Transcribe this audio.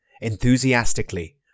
enthusiastically